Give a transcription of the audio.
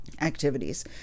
activities